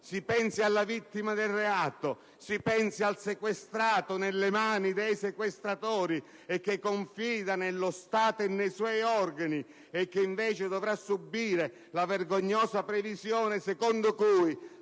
Si pensi alla vittima del reato, si pensi al sequestrato nelle mani dei sequestratori che confida nello Stato e nei suoi organi e che invece dovrà subire la vergognosa previsione secondo cui,